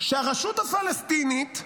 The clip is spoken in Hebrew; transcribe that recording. שהרשות הפלסטינית,